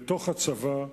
בתוך הצבא.